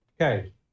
Okay